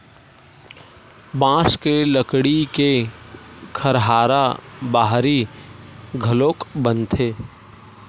बांस के लकड़ी के खरहारा बाहरी घलोक बनथे